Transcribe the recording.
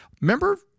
Remember